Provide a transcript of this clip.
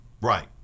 Right